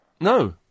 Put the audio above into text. No